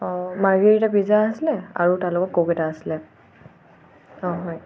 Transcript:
অঁ margherita pizza আছিলে আৰু তাৰ লগত ক'ক এটা আছিলে অঁ হয়